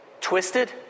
twisted